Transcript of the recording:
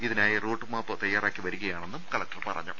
ഇതി നായി റൂട്ട്മാപ്പ് തയ്യാറാക്കി വരികയാണെന്നും കലക്ടർ പറഞ്ഞു